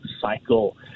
cycle